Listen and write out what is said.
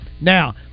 Now